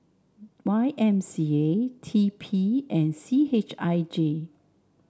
Y M C A T P and C H I J